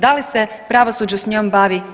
Da li se pravosuđe s njom bavi?